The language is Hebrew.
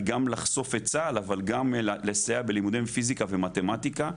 גם לחשוף את צה"ל וגם לסייע בלימודי פיסיקה ומתמטיקה,